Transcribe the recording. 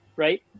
Right